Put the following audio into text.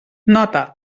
nota